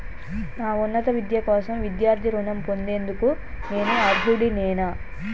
నా ఉన్నత విద్య కోసం విద్యార్థి రుణం పొందేందుకు నేను అర్హుడినేనా?